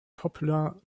popular